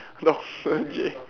doctor J